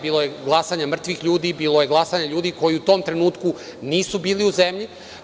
Bilo je glasanja mrtvih ljudi, bilo je glasanja ljudi koji u tom trenutku nisu bili u zemlji.